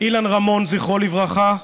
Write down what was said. אילן רמון, זכרו לברכה,